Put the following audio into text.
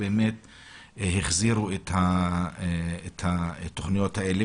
החזירו את התוכניות האלה.